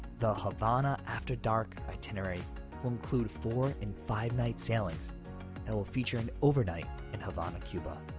the havana after dark itinerary will include four and five night sailings that will feature an overnight in havana, cuba.